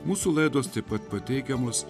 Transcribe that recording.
mūsų laidos taip pat pateikiamas